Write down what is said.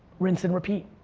rinse and repeat.